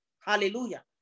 Hallelujah